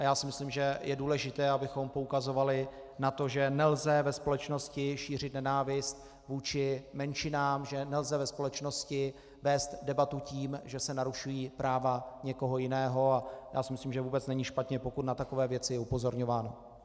Já si myslím, že je důležité, abychom poukazovali na to, že nelze ve společnosti šířit nenávist vůči menšinám, že nelze ve společnosti vést debatu tím, že se narušují práva někoho jiného, a já si myslím, že vůbec není špatně, pokud je na takové věci upozorňováno.